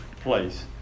place